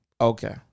Okay